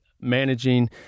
managing